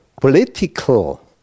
political